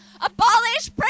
Abolish